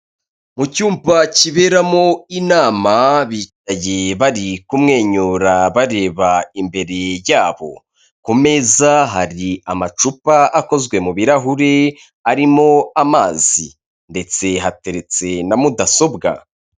Mu cyumba kiberamo inama bivaye bari kumwenyura bareba imbere yabo. Ku meza hari amacupa akozwe mu birarahuri arimo amazi ndetse hateretse na mudasobwa.